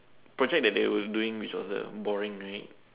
project that they were doing which was uh boring right